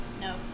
No